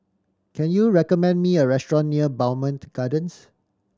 can you recommend me a restaurant near Bowmont Gardens